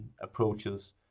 approaches